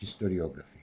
historiography